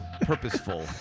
purposeful